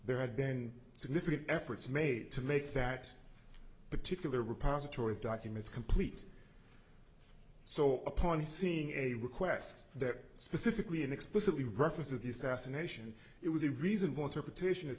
there had been significant efforts made to make that particular repository of documents complete so upon seeing a request that specifically and explicitly references the assassination it was a reasonable interpretation of